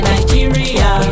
Nigeria